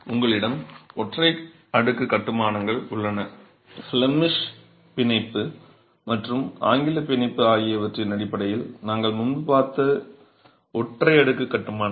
உங்களிடம் ஒற்றை அடுக்கு கட்டுமானங்கள் உள்ளன ஃபிளெமிஷ் பிணைப்பு மற்றும் ஆங்கிலப் பிணைப்பு ஆகியவற்றின் அடிப்படையில் நாங்கள் முன்பு பார்த்தது ஒற்றை அடுக்கு கட்டுமானங்கள்